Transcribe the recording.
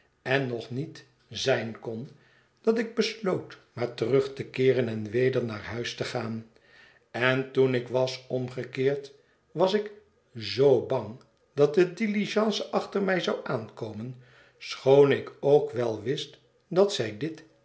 en nog niet zijn kon dat ik besloot maar terug te keeren en weder naar huis te gaan en toen ik was omgekeerd was ik zoo bang dat de diligence achter mij zou aankomen schoon ik ook wel wist dat zij dit